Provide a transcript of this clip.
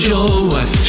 Joe